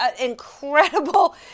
incredible